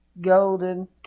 golden